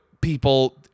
people